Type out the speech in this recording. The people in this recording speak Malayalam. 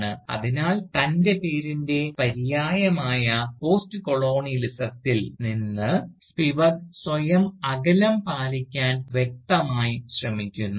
" അതിനാൽ തൻറെ പേരിൻറെ പര്യായമായ പോസ്റ്റ്കൊളോണിയലിസത്തിൽ നിന്ന് സ്പിവക് സ്വയം അകലം പാലിക്കാൻ വ്യക്തമായി ശ്രമിക്കുന്നു